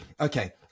okay